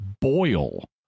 boil